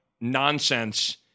nonsense